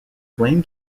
blame